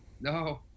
No